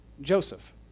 Joseph